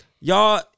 Y'all